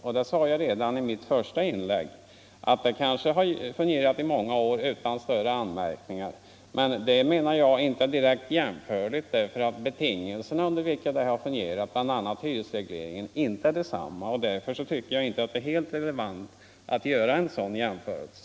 Jag sade redan i mitt första inlägg att det kanske har fungerat i många år utan större anmärkningar, men det är, menar jag, inte direkt jämförligt. Betingelserna under vilka hyresrådet har arbetat — bl.a. hyresregleringen — är ju inte desamma, och därför tycker jag inte att det är helt relevant 209 att göra en sådan jämförelse.